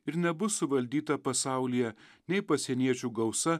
ir nebus suvaldyta pasaulyje nei pasieniečių gausa